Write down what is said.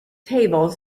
table